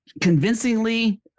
Convincingly